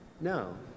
No